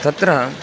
तत्र